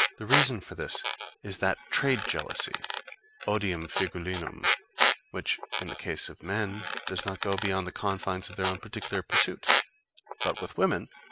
the reason of this is that trade-jealousy odium figulinum which, in the case of men does not go beyond the confines of their own particular pursuit but, with women,